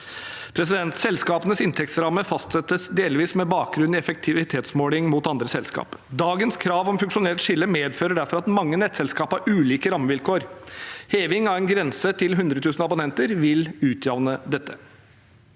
sted. Selskapenes inntektsramme fastsettes delvis med bakgrunn i effektivitetsmåling mot andre selskap. Dagens krav om funksjonelt skille medfører derfor at mange nettselskap har ulike rammevilkår. Heving av en grense til 100 000 abonnenter vil utjevne dette.